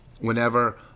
Whenever